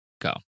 go